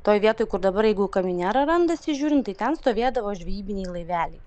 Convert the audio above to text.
toj vietoj kur dabar jeigu kaminera randasi žiūrint tai ten stovėdavo žvejybiniai laiveliai